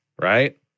right